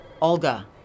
Olga